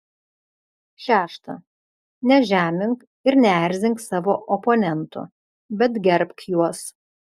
šešta nežemink ir neerzink savo oponentų bet gerbk juos